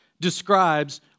describes